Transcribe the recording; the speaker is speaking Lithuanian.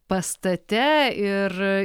pastate ir